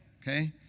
Okay